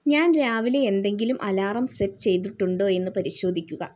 ഞാൻ രാവിലെ എന്തെങ്കിലും അലാറം സെറ്റ് ചെയ്തിട്ടുണ്ടോ എന്ന് പരിശോധിക്കുക